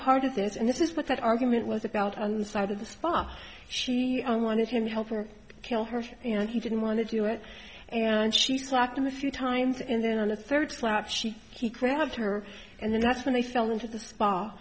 part of this and this is what that argument was about on the side of the spot she wanted him to help her kill her and he didn't want to do it and she slapped him a few times and then on the third slap she he grabbed her and that's when they sell them to the spa